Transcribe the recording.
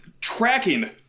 tracking